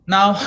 Now